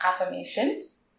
affirmations